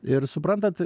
ir suprantat